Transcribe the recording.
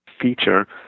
feature